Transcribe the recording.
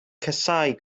casáu